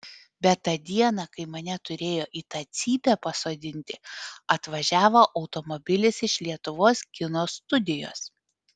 bet tą dieną kai mane turėjo į tą cypę pasodinti atvažiavo automobilis iš lietuvos kino studijos